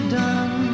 done